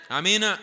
Amen